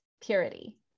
purity